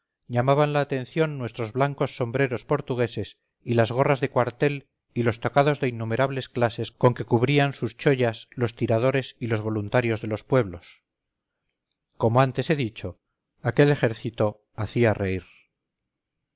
llamaban la atención nuestros blancos sombreros portugueses y las gorras de cuartel y los tocados de innumerables clases con que cubrían suschollas los tiradores y voluntarios de los pueblos como antes he dicho aquel ejército hacía reír